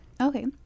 Okay